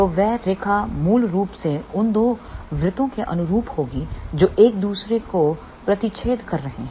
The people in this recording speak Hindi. तो वह रेखा मूल रूप से उन दो वृत्तों के अनुरूप होगी जो एक दूसरे को प्रतिच्छेद कर रहे हैं